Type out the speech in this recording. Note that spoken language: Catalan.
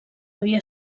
havia